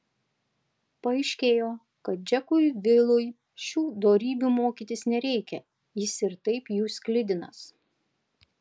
paaiškėjo kad džekui vilui šių dorybių mokytis nereikia jis ir taip jų sklidinas